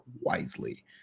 wisely